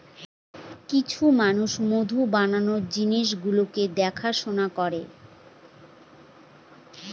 কিছু মানুষ মধু বানানোর জিনিস গুলো দেখাশোনা করে